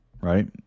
Right